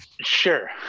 Sure